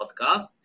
podcast